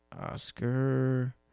Oscar